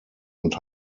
und